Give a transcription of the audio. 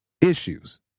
issues